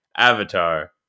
Avatar